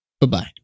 Bye-bye